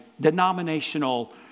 denominational